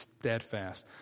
steadfast